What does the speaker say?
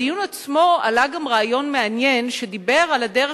בדיון עצמו עלה גם רעיון מעניין שדיבר על הדרך